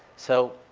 so